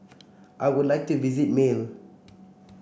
I would like to visit Male